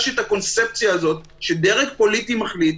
את הקונספציה הזאת שדרג פוליטי מחליט,